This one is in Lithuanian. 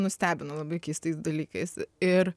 nustebinau labai keistais dalykais ir